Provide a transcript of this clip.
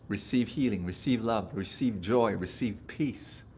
receive healing. receive love. receive joy. receive peace.